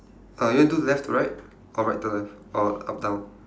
uh you want do left to right or right to left or up down